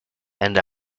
and